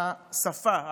קשיי השפה,